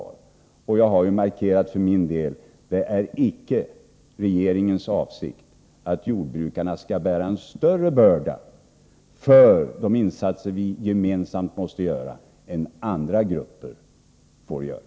För min del har jag markerat att det icke är regeringens avsikt att jordbrukarna skall bära en större börda för de insatser vi gemensamt måste göra än vad andra grupper får göra.